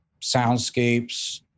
soundscapes